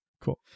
Cool